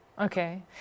Okay